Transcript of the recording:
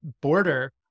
border